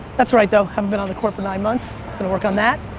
that's alright though. haven't been on the court for nine months, gonna work on that.